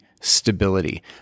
stability